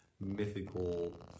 mythical